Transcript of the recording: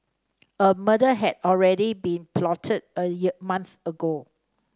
a murder had already been plotted a year month ago